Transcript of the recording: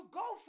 go